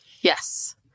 Yes